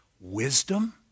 wisdom